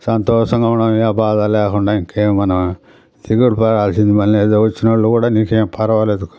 సంతోషంగా ఉండాలని ఏ బాధ లేకుండా ఇంకేం మనం దిగులు పడాల్సిన పని లేదు వచ్చిన వాళ్ళు కూడా నీకు ఏమి పర్వాలేదు